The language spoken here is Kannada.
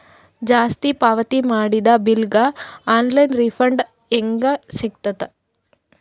ಜಾಸ್ತಿ ಪಾವತಿ ಮಾಡಿದ ಬಿಲ್ ಗ ಆನ್ ಲೈನ್ ರಿಫಂಡ ಹೇಂಗ ಸಿಗತದ?